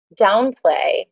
downplay